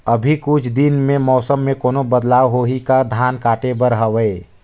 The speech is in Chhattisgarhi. अभी कुछ दिन मे मौसम मे कोनो बदलाव होही का? धान काटे बर हवय?